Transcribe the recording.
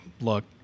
Look